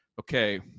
okay